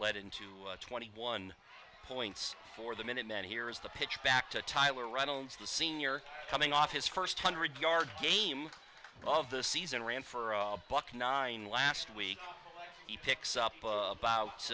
led into twenty one points for the minutemen here is the pitch back to tyler reynolds the senior coming off his first hundred yard game of the season ran for buck nine last week he picks up about